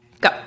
Go